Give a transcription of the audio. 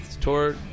tour